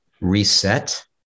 reset